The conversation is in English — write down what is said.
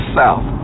south